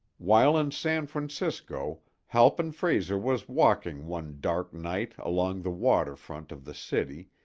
while in san francisco halpin frayser was walking one dark night along the water front of the city,